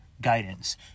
guidance